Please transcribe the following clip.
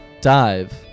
Dive